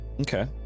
Okay